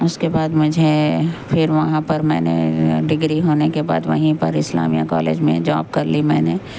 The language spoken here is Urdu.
اس کے بعد مجھے پھر وہاں پر میں نے ڈگری ہونے کے بعد وہیں پر اسلامیہ کالج میں جاب کرلی میں نے